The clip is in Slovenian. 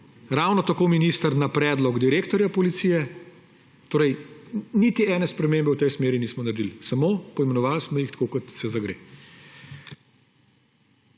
ravno tako minister na predlog direktorja policije. Niti ene spremembe v tej smeri nismo naredili. Samo poimenovali smo jih tako, kot se gre.